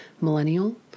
millennial